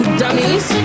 dummies